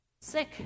sick